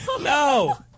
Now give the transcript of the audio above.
No